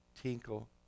Tinkle